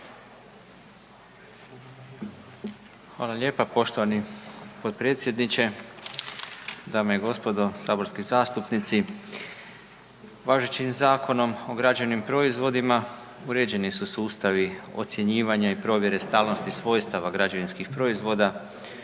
Hvala lijepa poštovani podpredsjedniče, dame i gospodo, saborski zastupnici. Važećim Zakonom o građevnim proizvodima uređeni su sustavi ocjenjivanja i provjere stalnosti svojstava građevinskih proizvoda,